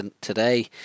today